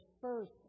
first